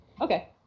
Okay